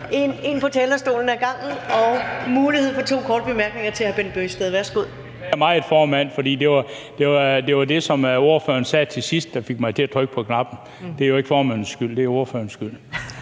på talerstolen igen. Der er mulighed for to korte bemærkninger til hr. Bent Bøgsted. Værsgo. Kl. 15:31 Bent Bøgsted (DF): Jeg beklager meget, formand, fordi det var det, som ordføreren sagde til sidst, der fik mig til at trykke på knappen. Det er jo ikke formandens skyld; det er ordførerens skyld.